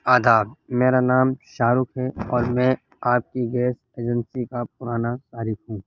آداب میرا نام شاہ رخ ہے اور میں آپ کی گیس ایجنسی کا پرانا صارف ہوں